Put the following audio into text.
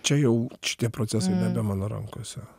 čia jau šitie procesai nebe mano rankose